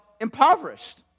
impoverished